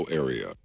area